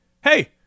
Hey